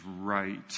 right